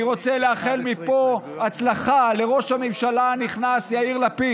אני רוצה לאחל מפה הצלחה לראש הממשלה הנכנס יאיר לפיד.